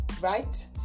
Right